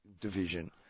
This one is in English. division